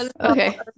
okay